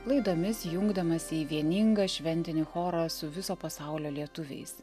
laidomis jungdamasi į vieningą šventinį chorą su viso pasaulio lietuviais